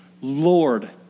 Lord